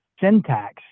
syntax